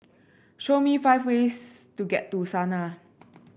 show me five ways to get to Sanaa